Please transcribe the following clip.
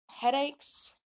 headaches